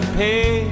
pay